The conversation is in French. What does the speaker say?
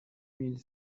mille